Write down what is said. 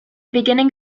beginning